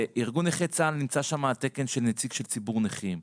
ארגון נכי צה"ל נמצא שם על תקן של נציג של ציבור נכים,